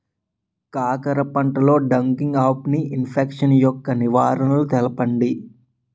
కాకర పంటలో డంపింగ్ఆఫ్ని ఇన్ఫెక్షన్ యెక్క నివారణలు తెలపండి?